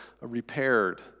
repaired